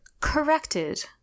corrected